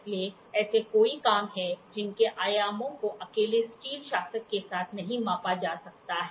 इसलिए ऐसे कई काम हैं जिनके आयामों को अकेले स्टील शासक के साथ नहीं मापा जा सकता है